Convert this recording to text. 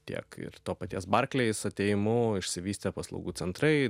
tiek ir to paties barclays atėjimu išsivystė paslaugų centrai